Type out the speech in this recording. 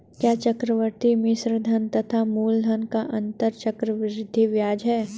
क्या चक्रवर्ती मिश्रधन तथा मूलधन का अंतर चक्रवृद्धि ब्याज है?